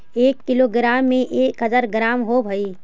एक किलोग्राम में एक हज़ार ग्राम होव हई